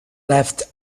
left